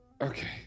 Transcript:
Okay